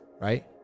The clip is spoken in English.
Right